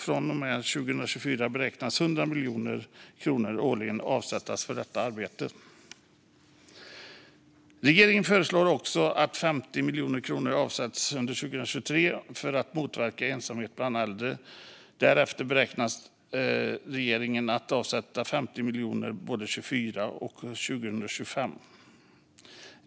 Från och med 2024 beräknas 100 miljoner kronor årligen avsättas för arbetet. Regeringen föreslår också att 50 miljoner kronor avsätts under 2023 för att motverka ensamhet bland äldre. Därefter beräknar regeringen att avsätta 50 miljoner kronor per år under 2024 och 2025.